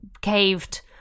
caved